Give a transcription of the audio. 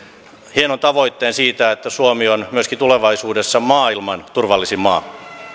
hienon tavoitteen siitä että suomi on myöskin tulevaisuudessa maailman turvallisin maa